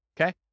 Okay